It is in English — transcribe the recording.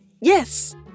Yes